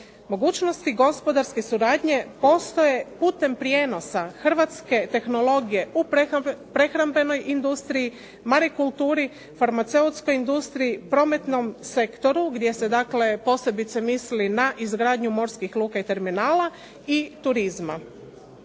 Mogućnosti gospodarske suradnje postoje putem prijenosa Hrvatske tehnologije u prehrambenoj industriji, marikulturi, farmaceutskoj industriji, prometnom sektoru, gdje se dakle posebice misli na izgradnju morskih luka i terminala i turizma.